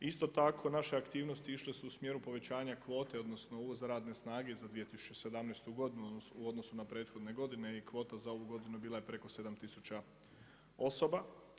Isto tako naše aktivnosti išle su u smjeru povećanja kvote, odnosno uvoza radne snage za 2017. godinu u odnosu na prethodne godine i kvota za ovu godinu bila je preko 7 tisuća osoba.